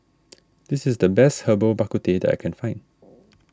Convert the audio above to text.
this is the best Herbal Bak Ku Teh that I can find